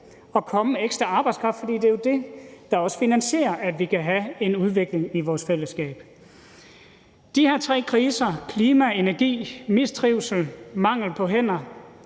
at komme ekstra arbejdskraft. For det er det, der også finansierer, at vi kan have en udvikling i vores fællesskab. I forhold til de her tre kriser – klima- og energikrisen, mistrivslen og mangel på hænder –